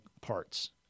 parts